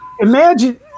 imagine